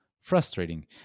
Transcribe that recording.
frustrating